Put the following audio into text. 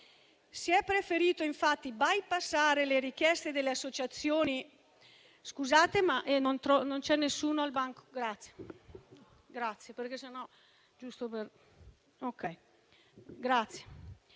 Si è preferito, infatti, bypassare le richieste delle associazioni